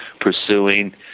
pursuing